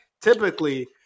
typically